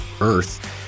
Earth